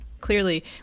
clearly